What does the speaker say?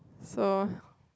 so